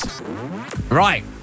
Right